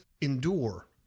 endure